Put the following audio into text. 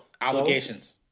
Obligations